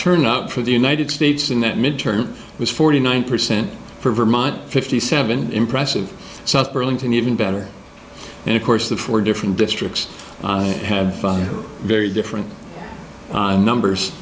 turnout for the united states in that midterm was forty nine percent for vermont fifty seven impressive south burlington even better and of course the four different districts have very different numbers